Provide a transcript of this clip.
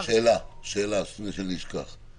וגם יהיה לחברה קשר ישיר עם המוקד של משרד הבריאות,